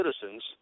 citizens